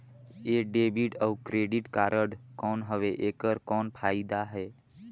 ये डेबिट अउ credit card कौन हवे एकर कौन फाइदा हे?